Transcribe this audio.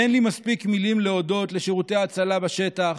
אין לי מספיק מילים להודות לשירותי ההצלה בשטח,